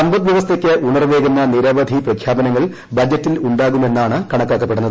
സമ്പദ് വൃവസ്ഥയ്ക്ക് ഉണർവേകുന്ന നിരവധി പ്രഖ്യാപനങ്ങൾ ബജറ്റിൽ ഉാവുമെന്നാണ് കണക്കാക്കപ്പെടുന്നത്